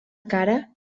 cara